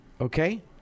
okay